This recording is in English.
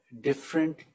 different